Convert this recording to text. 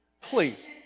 Please